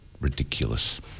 ridiculous